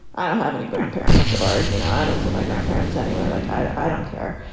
i don't have any grandparents or, you know, i don't see my grandparents anyway. like, i don't care.